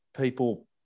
people